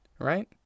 right